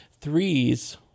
threes